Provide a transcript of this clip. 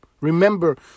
Remember